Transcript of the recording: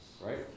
right